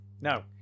No